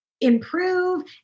improve